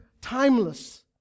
timeless